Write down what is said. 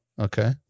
okay